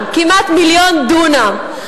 כמעט מיליון דונם.